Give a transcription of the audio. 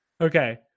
Okay